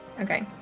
Okay